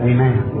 Amen